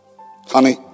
Honey